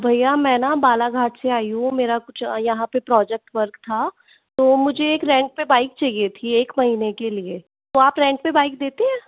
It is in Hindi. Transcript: भैया मैं ना बालाघाट से आई हूँ मेरा कुछ यहाँ पे प्रोजेक्ट वर्क था तो मुझे एक रैन्ट पे बाइक चाहिए थी एक महीने के लिए तो आप रेंट पर बाइक देते हैं